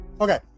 Okay